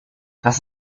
das